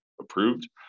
approved